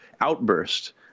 outburst